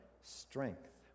strength